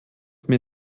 mir